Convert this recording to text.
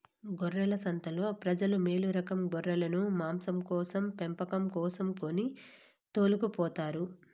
గొర్రెల సంతలో ప్రజలు మేలురకం గొర్రెలను మాంసం కోసం పెంపకం కోసం కొని తోలుకుపోతారు